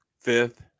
fifth